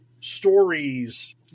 stories